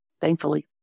thankfully